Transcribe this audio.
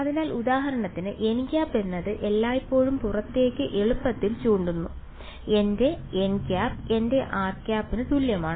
അതിനാൽ ഉദാഹരണത്തിന് nˆ എന്നത് എല്ലായ്പ്പോഴും പുറത്തേക്ക് എളുപ്പത്തിൽ ചൂണ്ടുന്നു അതിനാൽ എന്റെ nˆ എന്റെ rˆ ന് തുല്യമാണ്